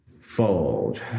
Fold